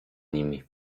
nimi